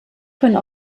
können